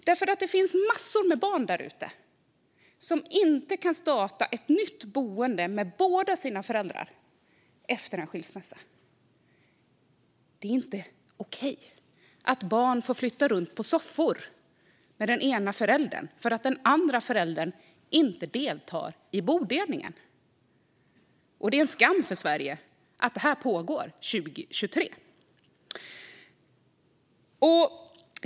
Det finns nämligen massor av barn där ute som inte kan starta ett nytt boende med båda sina föräldrar efter en skilsmässa. Det är inte okej att barn får flytta runt på soffor med den ena föräldern därför att den andra föräldern inte deltar i bodelningen. Det är en skam för Sverige att det här pågår 2023.